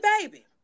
baby